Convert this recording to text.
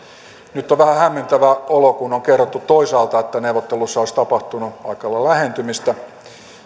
nyt on vähän hämmentävä olo kun on kerrottu toisaalta että neuvotteluissa olisi tapahtunut aika lailla lähentymistä